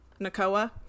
Nakoa